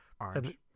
Orange